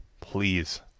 Please